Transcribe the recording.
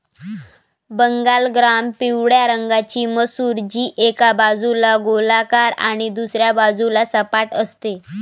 Bengal gram पिवळ्या रंगाची मसूर, जी एका बाजूला गोलाकार आणि दुसऱ्या बाजूला सपाट असते